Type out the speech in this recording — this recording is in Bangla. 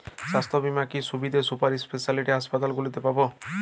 স্বাস্থ্য বীমার কি কি সুবিধে সুপার স্পেশালিটি হাসপাতালগুলিতে পাব?